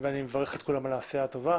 ואני מברך את כולם על העשייה הטובה.